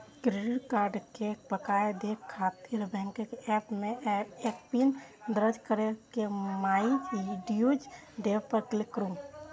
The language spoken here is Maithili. क्रेडिट कार्ड के बकाया देखै खातिर बैंकक एप मे एमपिन दर्ज कैर के माइ ड्यू टैब पर क्लिक करू